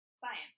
Science